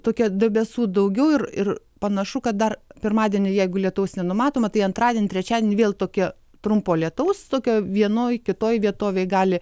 tokia debesų daugiau ir ir panašu kad dar pirmadienį jeigu lietaus nenumatoma tai antradienį trečiadienį vėl tokia trumpo lietaus tokio vienoj kitoj vietovėj gali